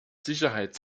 sicherheit